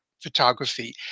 photography